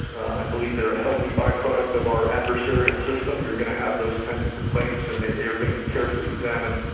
i believe they're a healthy by-product of our adversarial system, you're going to have those kinds of complaints, and they're going to be carefully examined.